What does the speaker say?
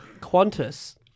Qantas